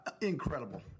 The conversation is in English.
Incredible